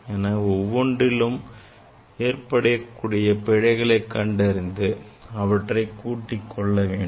எனவே ஒவ்வொன்றிலும் ஏற்படக்கூடிய பிழைகளை கண்டறிந்து அவற்றை கூட்டிக்கொள்ள வேண்டும்